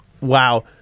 Wow